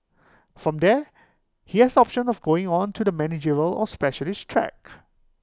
from there he has option of going on to the managerial or specialist track